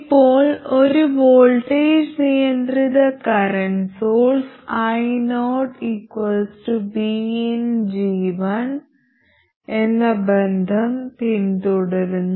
ഇപ്പോൾ ഒരു വോൾട്ടേജ് നിയന്ത്രിത കറന്റ് സോഴ്സ് io vinG1 എന്ന ബന്ധം പിന്തുടരുന്നു